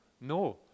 no